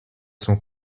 son